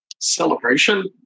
Celebration